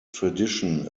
tradition